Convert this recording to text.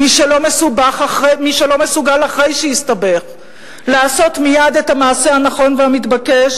מי שלא מסוגל אחרי שהסתבך לעשות מייד את המעשה הנכון והמתבקש